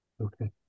Okay